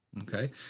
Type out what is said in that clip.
Okay